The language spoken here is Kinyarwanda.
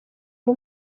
uri